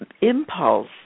impulse